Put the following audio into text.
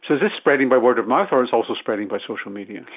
so is this spreading by word of mouth or it's also spreading by social media?